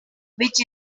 which